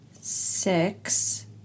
six